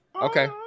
okay